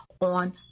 on